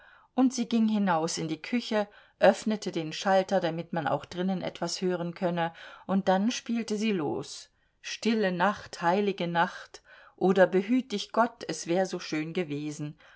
und sie ging hinaus in die küche öffnete den schalter damit man auch drinnen etwas hören könne und dann spielte sie los stille nacht heilige nacht oder behüt dich gott es wär so schön gewesen